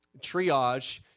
triage